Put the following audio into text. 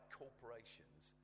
corporations